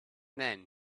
then